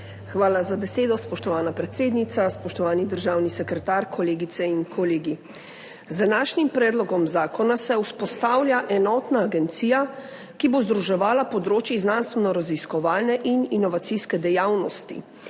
Hvala za besedo, spoštovana predsednica. Spoštovani državni sekretar, kolegice in kolegi! Z današnjim predlogom zakona se vzpostavlja enotna agencija, ki bo združevala področje znanstvenoraziskovalne in inovacijske dejavnosti,